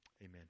Amen